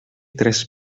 tres